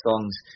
songs